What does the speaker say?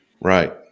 Right